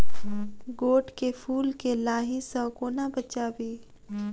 गोट केँ फुल केँ लाही सऽ कोना बचाबी?